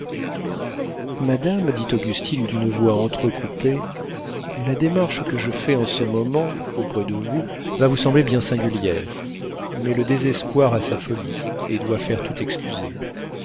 madame dit augustine d'une voix entrecoupée la démarche que je fais en ce moment auprès de vous va vous sembler bien singulière mais le désespoir a sa folie et doit faire tout excuser